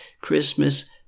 Christmas